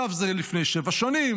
זו פרשייה מלפני שבע שנים,